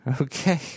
okay